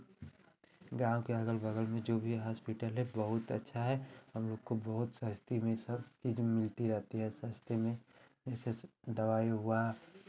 गाँव के अगल बगल में जो भी हॉस्पिटल हैं बहुत अच्छा है हम लोग को बहुत सस्ती में सब चीज़ मिलती रहती है सस्ते में जैसे दवाई हुआ